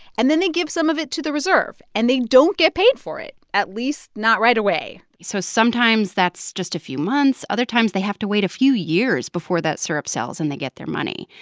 and then they give some of it to the reserve, and they don't get paid for it at least not right away so sometimes that's just a few months. other times, they have to wait a few years before that syrup sells and they get their money.